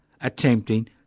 attempting